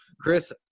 Chris